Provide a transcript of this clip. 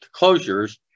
closures